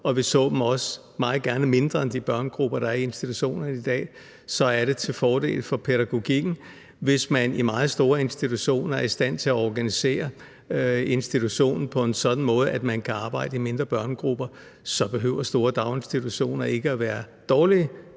og vi så også gerne, at de var meget mindre end de børnegrupper, der er i institutionerne i dag – så er det til fordel for pædagogikken. Hvis man i meget store institutioner er i stand til at organisere institutionen på en sådan måde, at man kan arbejde i mindre børnegrupper, så behøver store daginstitutioner ikke være dårlige